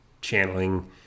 channeling